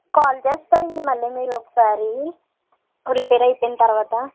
call చేస్తారా అండి మళ్ళీ మీరు ఒక సారి రిపేర్ అయిపోయిన తరవాత